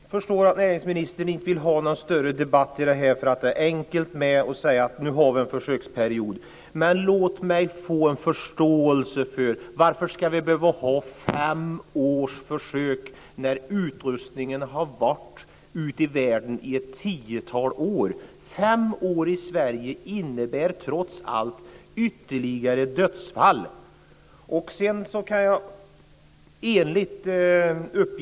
Herr talman! Jag förstår att näringsministern inte vill ha någon större debatt om detta. Det är enkelt att säga att det är en försöksperiod. Men låt mig förstå varför vi ska behöva ha fem års försök när utrustningen har funnits ute i världen i ett tiotal år. Fem års försök i Sverige innebär trots allt ytterligare dödsfall.